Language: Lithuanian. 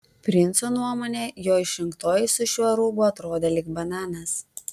princo nuomone jo išrinktoji su šiuo rūbu atrodė lyg bananas